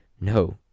No